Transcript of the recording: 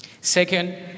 Second